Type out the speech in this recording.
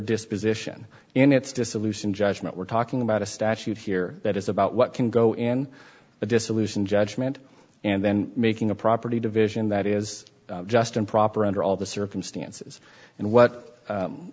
disposition in its dissolution judgement we're talking about a statute here that is about what can go in the dissolution judgement and then making a property division that is just improper under all the circumstances and what